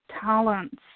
talents